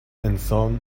انسان